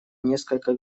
несколько